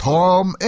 Tom